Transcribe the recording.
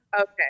Okay